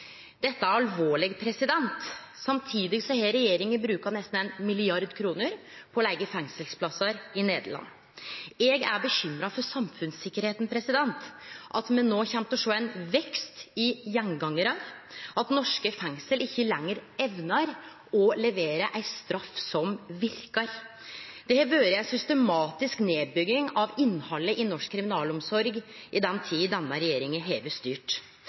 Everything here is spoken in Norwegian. Dette er alvorleg. Samtidig har regjeringa brukt nesten 1 mrd. kr på å leige fengselsplassar i Nederland. Eg er bekymra for samfunnssikkerheita, at me no kjem til å sjå ein vekst i gjengangarar, og at norske fengsel ikkje lenger evnar å levere ei straff som verkar. Det har vore ei systematisk nedbygging av innhaldet i norsk kriminalomsorg i den tida som denne regjeringa har styrt.